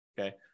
okay